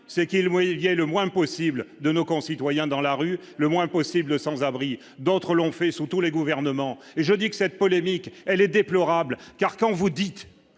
c'est moi, il y a eu le moins possible de nos concitoyens dans la rue le moins possible, sans abri, d'autres l'ont fait sous tous les gouvernements, et je dis que cette polémique, elle est déplorable, car quand vous dites